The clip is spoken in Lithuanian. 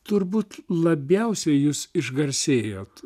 turbūt labiausiai jūs išgarsėjot